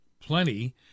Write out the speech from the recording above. plenty